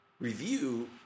review